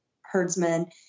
herdsmen